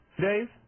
Dave